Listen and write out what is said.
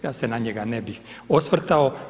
Ja se na njega ne bih osvrtao.